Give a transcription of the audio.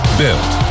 built